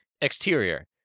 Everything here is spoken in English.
Exterior